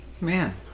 man